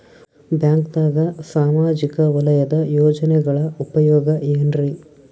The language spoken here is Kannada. ಬ್ಯಾಂಕ್ದಾಗ ಸಾಮಾಜಿಕ ವಲಯದ ಯೋಜನೆಗಳ ಉಪಯೋಗ ಏನ್ರೀ?